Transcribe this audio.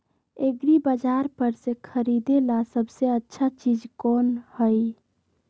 एग्रिबाजार पर से खरीदे ला सबसे अच्छा चीज कोन हई?